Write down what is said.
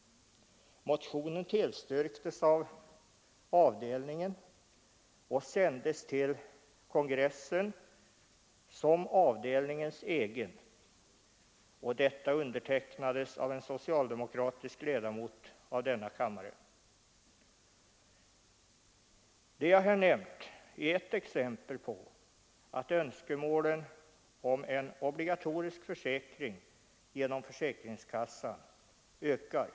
Motionen tillstyrktes av avdelningen och sändes till kongressen som avdelningens egen och den undertecknades av en socialdemokratisk ledamot av denna kammare. Det jag här nämnt är ett exempel på att önskemålen om en obligatorisk försäkring genom försäkringskassan ökar.